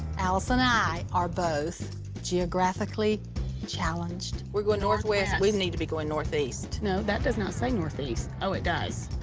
allisyn and i are both geographically challenged. we're going northwest. we need to be going northeast. no, that does not say northeast. oh, it does.